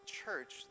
church